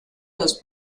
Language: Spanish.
los